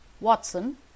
Watson